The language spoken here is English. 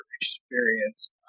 experience